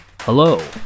Hello